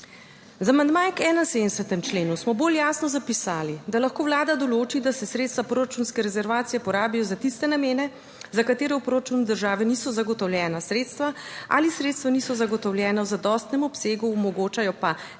Z amandmajem k 71. členu smo bolj jasno zapisali, da lahko Vlada določi, da se sredstva proračunske rezervacije porabijo za tiste namene, za katere v proračunu države niso zagotovljena sredstva ali sredstva niso zagotovljena v zadostnem obsegu, omogočajo pa nemoteno